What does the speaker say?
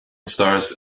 stars